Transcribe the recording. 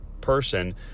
person